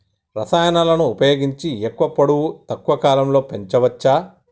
రసాయనాలను ఉపయోగించి ఎక్కువ పొడవు తక్కువ కాలంలో పెంచవచ్చా?